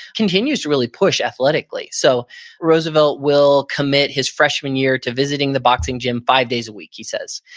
continue to really push athletically. so roosevelt will commit his freshman year to visiting the boxing gym five days a week, he says.